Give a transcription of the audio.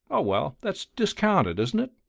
oh, well that's discounted, isn't it?